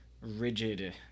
rigid